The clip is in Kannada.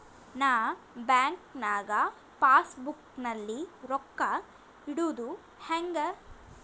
ನಾ ಬ್ಯಾಂಕ್ ನಾಗ ಪಾಸ್ ಬುಕ್ ನಲ್ಲಿ ರೊಕ್ಕ ಇಡುದು ಹ್ಯಾಂಗ್?